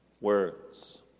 words